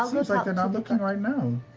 ah seems like they're not looking right now.